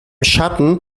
schatten